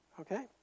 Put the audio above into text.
okay